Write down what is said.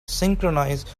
synchronize